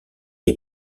est